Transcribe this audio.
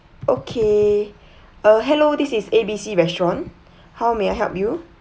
okay uh hello this is A B C restaurant how may I help you